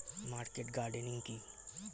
Market gardening কি?